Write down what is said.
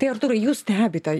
tai artūrai jūs stebite